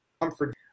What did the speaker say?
comfort